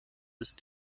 ist